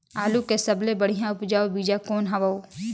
आलू के सबले बढ़िया उपजाऊ बीजा कौन हवय?